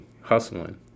hustling